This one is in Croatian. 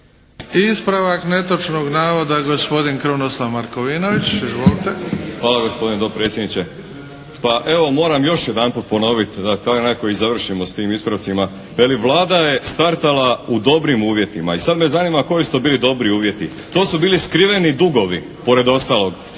Izvolite. **Markovinović, Krunoslav (HDZ)** Hvala gospodine potpredsjedniče. Pa evo moram još jedanput ponoviti da nekako i završimo s tim ispravcima. Veli Vlada je startala u dobrim uvjetima. I sad me zanima koji su to bili dobri uvjeti. To su bili skriveni dugovi pored ostalog,